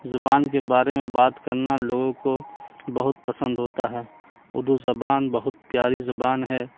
زبان کے بارے میں بات کرنا لوگوں کو بہت پسند ہوتا ہے اردو زبان بہت پیاری زبان ہے